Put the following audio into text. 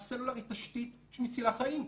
הסלולר היא תשתית שמצילה חיים,